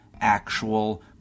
actual